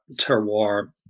terroir